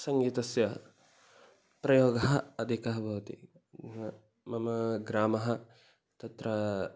सङ्गीतस्य प्रयोगः अधिकः भवति मम ग्रामः तत्र